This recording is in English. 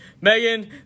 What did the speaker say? Megan